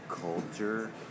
culture